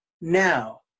now